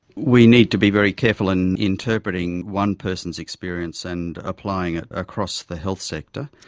we need to be very careful in interpreting one person's experience and applying it across the health sector.